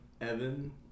Evan